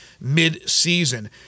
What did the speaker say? mid-season